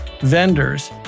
vendors